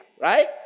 right